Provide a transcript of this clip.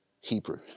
Hebrew